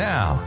Now